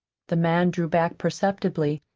the man drew back perceptibly.